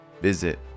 visit